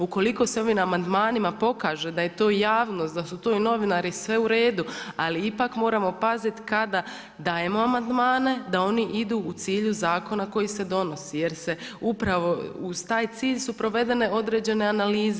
Ukoliko se ovim amandmanima pokaže da je javnost, da su tu i novinari, sve u redu ali ipak moramo patiti kada dajemo amandmane da oni idu u cilju zakona koji se donosi jer se upravi uz taj cilj su provedene određene analize.